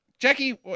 Jackie